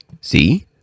see